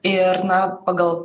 ir na pagal